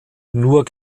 nur